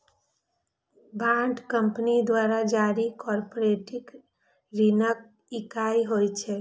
bond company द्वारा जारी corporate ऋणक इकाइ होइ छै